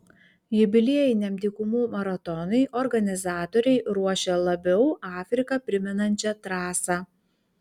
jubiliejiniam dykumų maratonui organizatoriai ruošia labiau afriką primenančią trasą